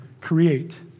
create